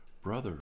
brother